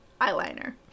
eyeliner